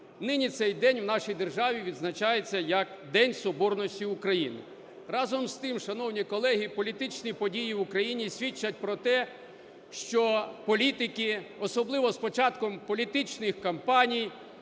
Нині цей день в нашій державі відзначається як День соборності України. Разом з тим, шановні колеги, політичні події в Україні свідчать про те, що політики, особливо з початком політичних кампаній